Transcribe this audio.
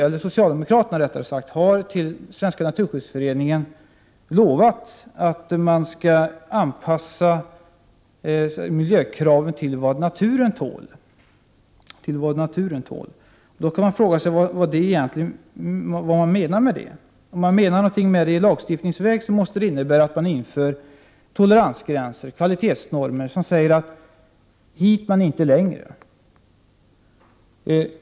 Socialdemokraterna har lovat Svenska naturskyddsföreningen att miljökraven skall anpassas till vad naturen tål. Då frågar jag Birgitta Dahl vad som menas med detta. Menar socialdemokraterna att något i lagstiftningsväg skall göras måste det i så fall innebära att vi inför toleranser, alltså kvalitetsnormer som säger ”Hit men inte längre”.